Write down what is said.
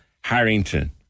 Harrington